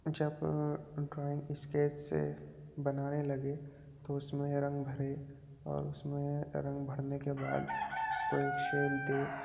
جب drawing sketch سے بنانے لگے تو اس میں رنگ بھرے اور اس میں رنگ بھرنے کے بعد اس کو ایک شیپ دے